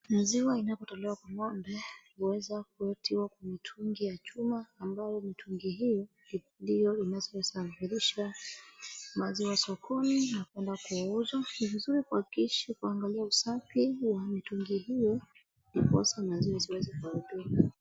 Maziwa inapotolewa kwa ng'ombe huweza kutiwa kwenye mitungi ya chuma ambayo mitungi hiyo ndiyo inayosafirishwa maziwa sokoni na kunakouzwa. Ni vizuri kuhakikisha kuangalia usafi wa mitungi hiyo ndiposa maziwa isiweze kuharibika.